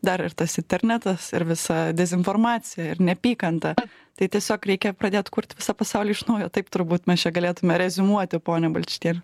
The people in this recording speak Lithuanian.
dar ir tas internetas ir visa dezinformacija ir neapykanta tai tiesiog reikia pradėt kurt visą pasaulį iš naujo taip turbūt mes čia galėtume reziumuoti ponia balčytiene